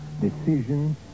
decision